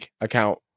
account